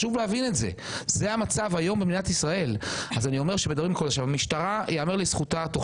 ייאמר לזכותה של המשטרה שהיא תוך